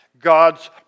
God's